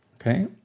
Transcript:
Okay